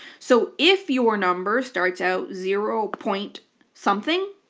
so if your number starts out zero point something,